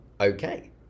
Okay